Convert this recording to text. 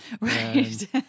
Right